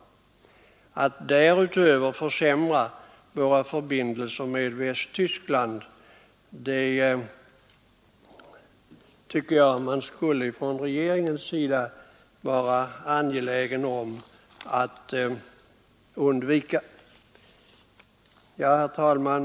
Jag tycker att regeringen skall vara angelägen om att undvika att försämra våra förbindelser med Västtyskland ännu mera. Herr talman!